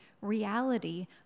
reality